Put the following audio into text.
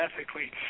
ethically